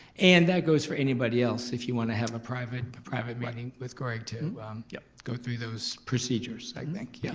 and that goes for anybody else, if you wanna have a private private meeting with regard like to yeah go through those procedures i think. yes,